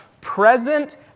present